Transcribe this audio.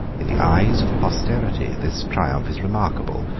in the eyes of posterity, this triumph is remarkable,